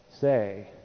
say